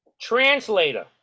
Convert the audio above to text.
translator